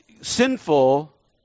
sinful